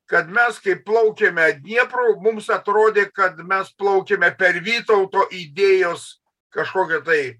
kad mes kai plaukėme dniepru mums atrodė kad mes plaukiame per vytauto idėjos kažkokią tai